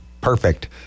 perfect